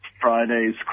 Fridays